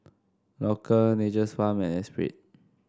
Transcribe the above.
Loacker Nature's Farm and Espirit